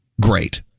great